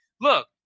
look